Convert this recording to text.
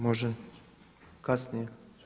Može kasnije?